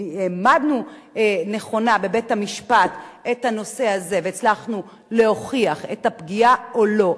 העמדנו נכונה את הנושא הזה והצלחנו להוכיח את הפגיעה או לא.